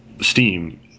Steam